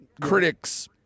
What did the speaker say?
critics